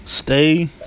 Stay